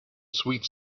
sweet